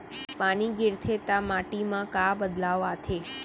पानी गिरथे ता माटी मा का बदलाव आथे?